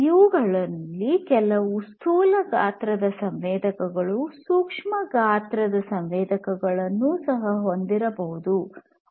ಇವುಗಳಲ್ಲಿ ಕೆಲವು ಸ್ಥೂಲ ಗಾತ್ರದ ಸಂವೇದಕಗಳು ಸೂಕ್ಷ್ಮ ಗಾತ್ರದ ಸಂವೇದಕಗಳನ್ನು ಸಹ ಹೊಂದಬಹುದು